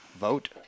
vote